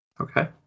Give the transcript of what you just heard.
Okay